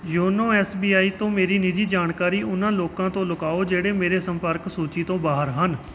YONO S B I ਤੋਂ ਮੇਰੀ ਨਿੱਜੀ ਜਾਣਕਾਰੀ ਉਹਨਾਂ ਲੋਕਾਂ ਤੋਂ ਲੁਕਾਓ ਜਿਹੜੇ ਮੇਰੀ ਸੰਪਰਕ ਸੂਚੀ ਤੋਂ ਬਾਹਰ ਹਨ